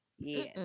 Yes